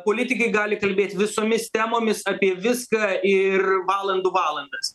politikai gali kalbėt visomis temomis apie viską ir valandų valandas